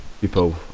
people